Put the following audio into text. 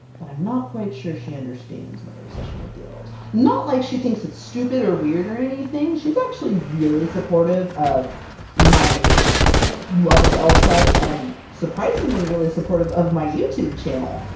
but i'm not quite sure she understands my obsession with the elves. not like she thinks it's stupid or weird or anything! she's actually really supportive of my love of elfquest, and surprisingly really supportive of my youtube channel!